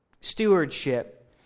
Stewardship